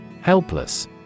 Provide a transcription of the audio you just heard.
Helpless